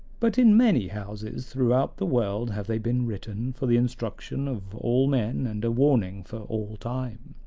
but in many houses throughout the world have they been written for the instruction of all men and a warning for all time.